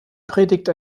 predigt